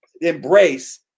embrace